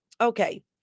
Okay